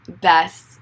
Best